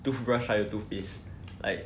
toothbrush toothpaste like